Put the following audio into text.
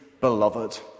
beloved